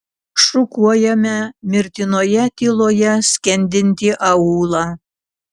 šukuojame mirtinoje tyloje skendintį aūlą